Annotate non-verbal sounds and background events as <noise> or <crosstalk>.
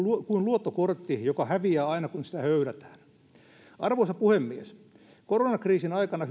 kuin luottokortti joka häviää aina kun sitä höylätään arvoisa puhemies koronakriisin aikana <unintelligible>